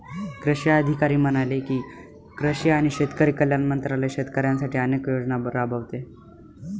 कृषी अधिकारी म्हणाले की, कृषी आणि शेतकरी कल्याण मंत्रालय शेतकऱ्यांसाठी अनेक योजना राबवते